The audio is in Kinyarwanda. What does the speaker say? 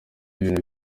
ibintu